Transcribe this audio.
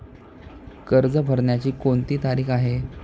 कर्ज भरण्याची कोणती तारीख आहे?